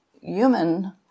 human